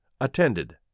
attended